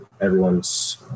everyone's